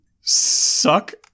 suck